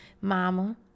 Mama